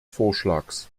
vorschlags